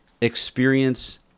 experience